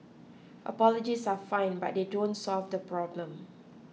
apologies are fine but they don't solve the problem